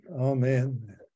Amen